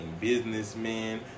businessmen